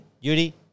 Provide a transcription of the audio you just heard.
Yuri